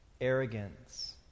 arrogance